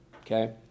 okay